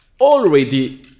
already